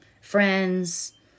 friends